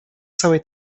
całej